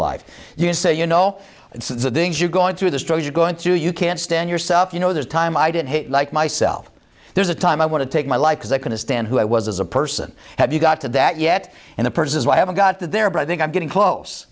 life you can say you know it's the things you're going through the strait you're going through you can't stand yourself you know there's a time i didn't hate like myself there's a time i want to take my life because i couldn't stand who i was as a person have you got to that yet and the purpose is why i haven't got that there but i think i'm getting close